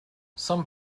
some